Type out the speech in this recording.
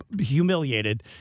humiliated